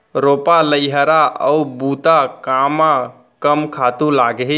रोपा, लइहरा अऊ बुता कामा कम खातू लागही?